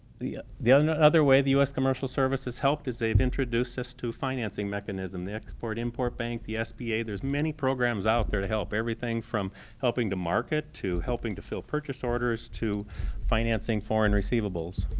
the the and other way the u s. commercial service has helped is they've introduced us to financing mechanism, the export import bank, the sba, there's many programs out there to help, everything from helping to market to helping to fill purchase orders to financing foreign receivables.